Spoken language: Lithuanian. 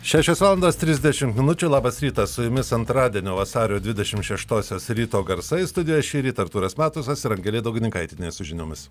šešios valandos trisdešimt minučių labas rytas su jumis antradienio vasario dvidešimt šeštosios ryto garsai studijoj šįryt artūras matusas ir angelė daugininkaitienė su žiniomis